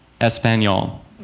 Espanol